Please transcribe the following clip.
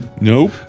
Nope